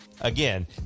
again